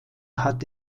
hat